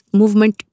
movement